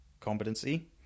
competency